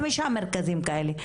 או חמישה מרכזים כאלה,